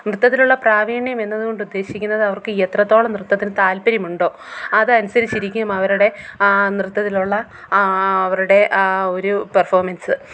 നൃത്തത്തിലുള്ള പ്രാവീണ്യമെന്നതു കൊണ്ട് ഉദ്ദേശിക്കുന്നത് അവർക്ക് എത്രത്തോളം നൃത്തത്തിൽ താത്പര്യമുണ്ടോ അതനുസരിച്ചിരിക്കും അവരുടെ ആ നൃത്തത്തിലുള്ള ആ അവരുടെ ആ ഒരു പെർഫോമൻസ്